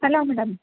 hello madam